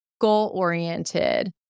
goal-oriented